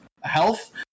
health